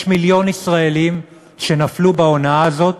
יש מיליון ישראלים שנפלו בהונאה הזאת